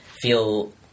feel